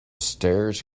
stairs